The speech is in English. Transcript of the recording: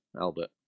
Albert